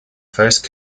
first